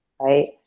right